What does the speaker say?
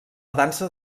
dansa